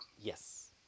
Yes